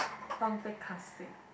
who want play classic